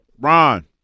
Ron